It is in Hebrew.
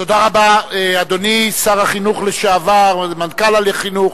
תודה רבה, אדוני שר החינוך לשעבר, מנכ"ל החינוך.